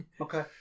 Okay